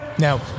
Now